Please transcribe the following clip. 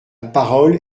parole